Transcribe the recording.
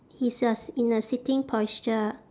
he's uh s~ in a sitting posture